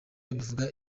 bivuga